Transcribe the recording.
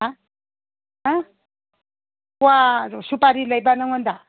ꯍꯥ ꯍꯥ ꯀ꯭ꯋꯥꯔꯣ ꯁꯨꯄꯥꯔꯤ ꯂꯩꯕ꯭ꯔ ꯅꯉꯣꯟꯗ